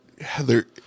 Heather